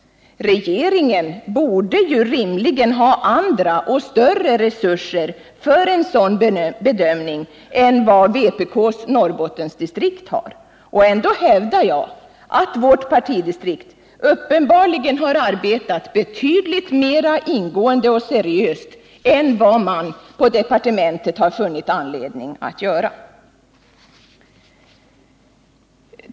Regeringen borde ju rimligen ha andra och större resurser för en sådan bedömning än vad vpk:s Norrbottendistrikt har, och ändå hävdar jag att vårt partidistrikt uppenbarligen arbetat betydligt mera ingående och seriöst än vad man på departementet har funnit anledning att göra.